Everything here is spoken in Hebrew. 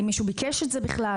אם מישהו ביקש את זה בכלל.